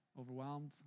Overwhelmed